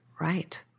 right